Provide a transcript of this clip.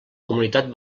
comunitat